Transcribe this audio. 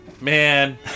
Man